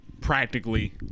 practically